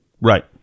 Right